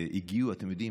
אתם יודעים,